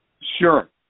Sure